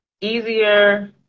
easier